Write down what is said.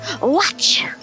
Watch